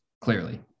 clearly